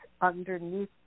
underneath